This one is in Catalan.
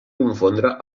confondre